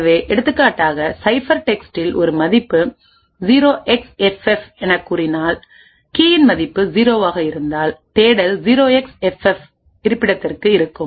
எனவே எடுத்துக்காட்டாக சைஃபெர்டெக்ஸ்ட்டில் ஒரு மதிப்பு 0xFF எனக் கூறினால் கீயின் மதிப்பு 0 ஆக இருந்தால் தேடல் 0xFF இருப்பிடத்திற்கு இருக்கும்